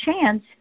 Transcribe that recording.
chance